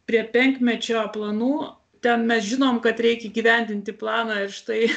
prie penkmečio planų ten mes žinom kad reikia įgyvendinti planą ir štai